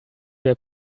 were